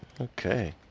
Okay